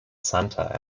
santer